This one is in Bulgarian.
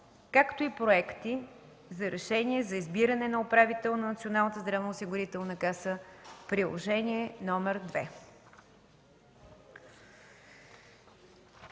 както и проекти за решения за избиране на управител на Националната здравноосигурителна каса, Приложение № 2.”